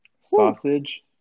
sausage